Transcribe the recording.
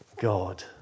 God